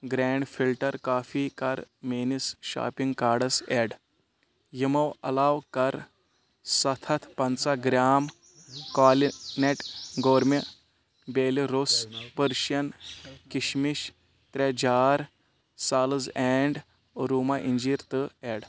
grand filter coffee کَر میٛٲنِس shopping cards add یِمو عَلاوٕ کَر سَتھ ہَتھ پَنٛژاہ گرام کالہِ نؠٹ گورمہِ بیٛالہِ روٚس پٔرشِیَن کِشمِش ترٛےٚ جار سالٕز اینٛڈ اُروٗما اِنٛجیٖر تہٕ اؠڈ